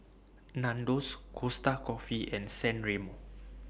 Nandos Costa Coffee and San Remo